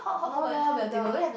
no leh the